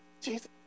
Jesus